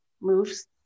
moves